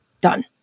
done